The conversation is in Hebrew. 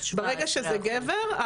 ברגע שזה גבר,